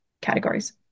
categories